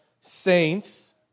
saints